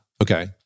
Okay